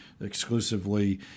exclusively